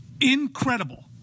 incredible